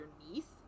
underneath